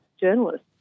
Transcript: journalists